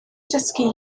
dysgu